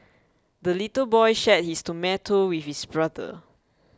the little boy shared his tomato with his brother